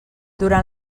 durant